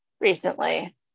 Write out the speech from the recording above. recently